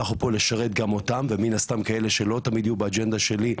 אנחנו פה לשרת גם אותם ומן הסתם גם כאלה שלא תמיד יהיו באג'נדה שלי,